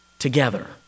Together